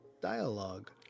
dialogue